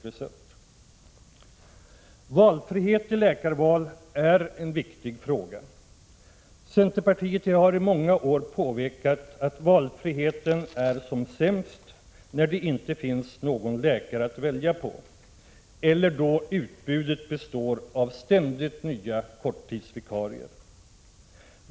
Frihet i läkarval är en viktig fråga. Centerpartiet har i många år påpekat att valfriheten är som sämst när det inte finns någon läkare att välja på eller då utbudet består av ständigt nya korttidsvikarier.